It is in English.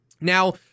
now